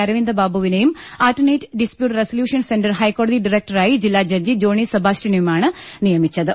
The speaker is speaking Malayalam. അരവിന്ദ ബാബുവിനെയും ആർട്ടർനേറ്റ് ഡിസ്പ്യൂട്ട് റെസല്യൂഷൻ സെന്റർ ഹൈക്കോടതി ഡയറക്ടറായി ജില്ലാ ജഡ്ജി ജോണി സെബാസ്റ്റ്യ നെയുമാണ് നിയമിച്ചത്